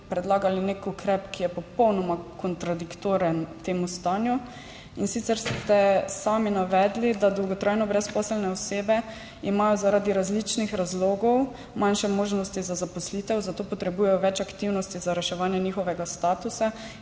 predlagali nek ukrep, ki je popolnoma kontradiktoren temu stanju. In sicer ste sami navedli, da imajo dolgotrajno brezposelne osebe zaradi različnih razlogov manjše možnosti za zaposlitev, zato potrebujejo več aktivnosti za reševanje statusa.